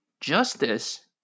Justice